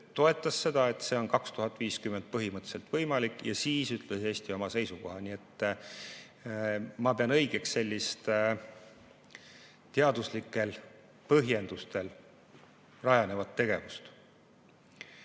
toetas seda, et see on 2050 põhimõtteliselt võimalik, ja siis ütles Eesti oma seisukoha. Nii et ma pean õigeks sellist teaduslikel põhjendustel rajanevat tegevust. Siin